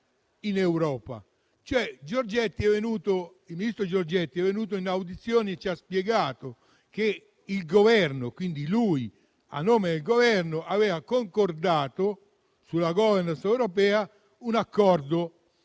Il ministro Giorgetti è venuto in audizione e ci ha spiegato che lui a nome del Governo aveva concordato sulla *governance* europea un accordo,